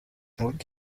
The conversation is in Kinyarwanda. ariko